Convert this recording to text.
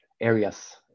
areas